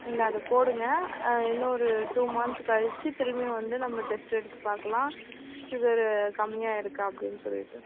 நீங்கள் அதை போடுங்கள் இன்னும் ஒரு டூ மந்த் கழிச்சு திரும்பியும் வந்து நம்ம டெஸ்ட் எடுத்து பார்க்கலாம் சுகர் கம்மியாக இருக்கா அப்படின்னு சொல்லிவிட்டு